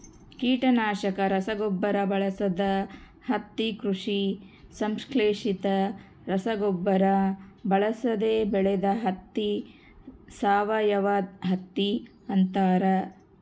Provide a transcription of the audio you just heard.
ಕೀಟನಾಶಕ ರಸಗೊಬ್ಬರ ಬಳಸದ ಹತ್ತಿ ಕೃಷಿ ಸಂಶ್ಲೇಷಿತ ರಸಗೊಬ್ಬರ ಬಳಸದೆ ಬೆಳೆದ ಹತ್ತಿ ಸಾವಯವಹತ್ತಿ ಅಂತಾರ